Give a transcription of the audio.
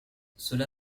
cela